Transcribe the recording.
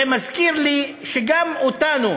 זה מזכיר לי שגם אותנו,